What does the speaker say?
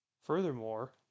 Furthermore